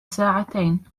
ساعتين